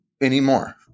anymore